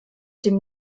dem